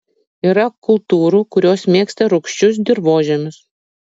yra kultūrų kurios mėgsta rūgčius dirvožemius